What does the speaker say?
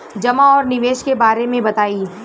जमा और निवेश के बारे मे बतायी?